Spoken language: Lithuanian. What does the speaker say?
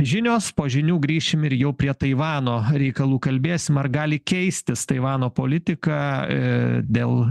žinios po žinių grįšim ir jau prie taivano reikalų kalbėsim ar gali keistis taivano politiką ė dėl